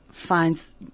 finds